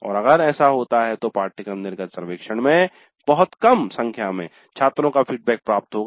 और अगर ऐसा होता है तो पाठ्यक्रम निर्गत सर्वेक्षण में बहुत कम संख्या में छात्रों का फीडबैक प्राप्त होगा